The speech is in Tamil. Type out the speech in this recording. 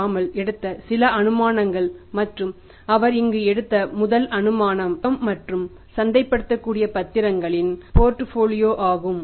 பாமால் ஆகும்